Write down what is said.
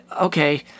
okay